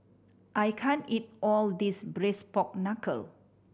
I can't eat all this Braised Pork Knuckle